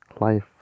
life